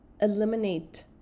eliminate